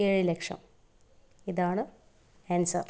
ഏഴ് ലക്ഷം ഇതാണ് ഏൻസർ